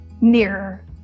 nearer